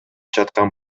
жаткан